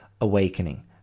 awakening